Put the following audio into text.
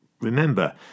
Remember